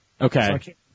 Okay